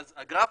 הגרף,